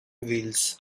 wheels